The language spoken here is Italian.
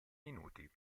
minuti